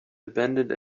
abandoned